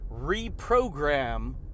reprogram